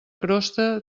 crosta